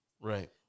Right